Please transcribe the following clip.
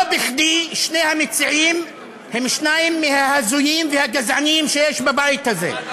לא בכדי שני המציעים הם שניים מההזויים והגזעניים שיש בבית הזה,